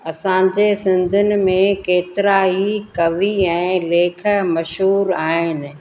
असांजे सिंधीयुनि में केतिरा ई कवी ऐं लेख मशहूर आहिनि